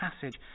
passage